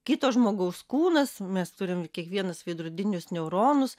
kito žmogaus kūnas mes turim kiekvienas veidrodinius neuronus